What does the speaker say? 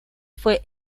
fue